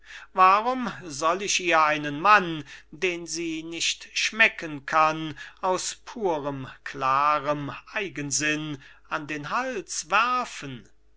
warum soll ich ihr einen mann den sie nicht schmecken kann aus purem klarem eigensinn an den hals werfen